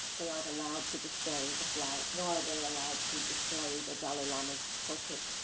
they aren't allowed to display the flag. nor are they allowed to display the dalai lama's portrait.